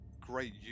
great